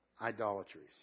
idolatries